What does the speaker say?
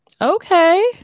Okay